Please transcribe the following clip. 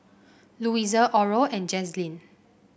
Louisa Oral and Jazlene